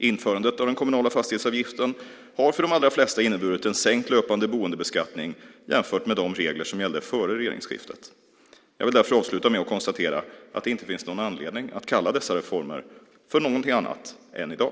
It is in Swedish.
Införandet av den kommunala fastighetsavgiften har för de allra flesta inneburit en sänkt löpande boendebeskattning jämfört med de regler som gällde före regeringsskiftet. Jag vill därför avsluta med att konstatera att det inte finns någon anledning att kalla dessa reformer för något annat än i dag.